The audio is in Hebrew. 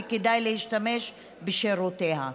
וכדאי להשתמש בשירותיה.